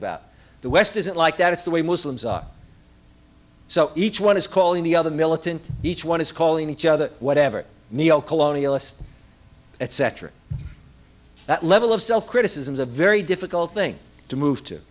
about the west isn't like that it's the way muslims are so each one is calling the other militant each one is calling each other whatever neo colonialist etc that level of self criticism the very difficult thing to to move